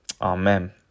Amen